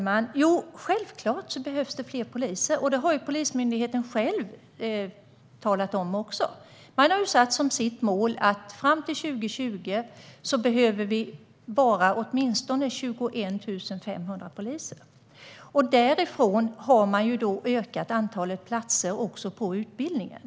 Herr talman! Självklart behövs det fler poliser, och det har även Polismyndigheten själv talat om. Man har satt ett mål om åtminstone 21 500 poliser fram till 2020. Därför har man också utökat antalet platser på utbildningen.